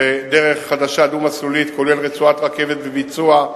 דרך חדשה דו-מסלולית, כולל רצועת רכבת בביצוע,